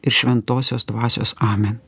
ir šventosios dvasios amen